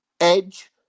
Edge